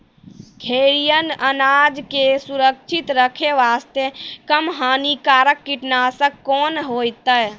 खैहियन अनाज के सुरक्षित रखे बास्ते, कम हानिकर कीटनासक कोंन होइतै?